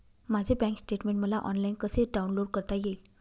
माझे bank statement मला online कसे डाउनलोड करता येईल?